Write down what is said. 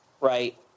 Right